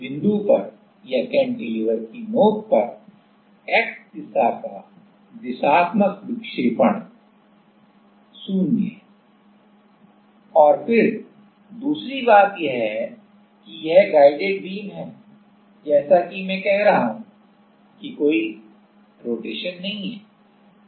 तो उस बिंदु पर या कैंटीलेवर की नोक पर x का दिशात्मक विक्षेपण 0 है और फिर दूसरी बात यह है कि यह गाइडेड बीम है जैसा कि मैं कह रहा हूं कि कोई रोटेशन नहीं है